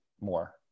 more